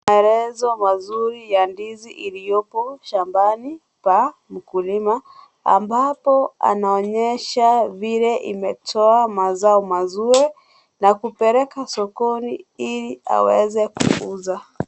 Maelezo mazuri ya ndizi iliopo shambani ya ukulima ambapo inaonyesha vile iemtoa mazao mazuri na kupeleka sokoni ili aweze kuuza.